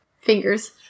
fingers